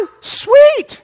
Sweet